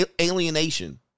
alienation